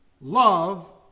Love